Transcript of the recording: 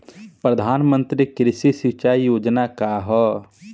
प्रधानमंत्री कृषि सिंचाई योजना का ह?